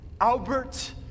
Albert